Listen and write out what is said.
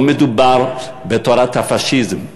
לא מדובר בתורת הפאשיזם,